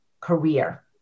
career